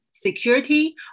security